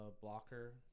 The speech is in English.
blocker